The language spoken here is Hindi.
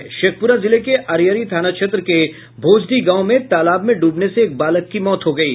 शेखुपरा जिले के अरियरी थाना क्षेत्र के भोजडीह गांव में तालाब में डूबने से एक बालक की मौत हो गयी